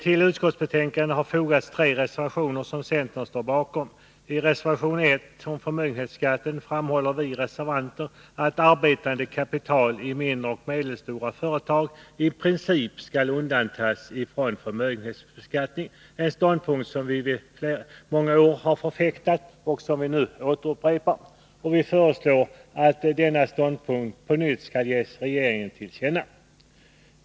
Till utskottsbetänkandet har fogats tre reservationer som centern står bakom. I reservation 1 om förmögenhetsskatten framhåller vi reservanter att arbetande kapital i mindre och medelstora företag i princip skall undantas Nr 113 från förmögenhetsbeskattning. Det är en ståndpunkt som vi i många år har förfäktat och som vi nu upprepar. Vi föreslår att denna ståndpunkt skall ges regeringen till känna.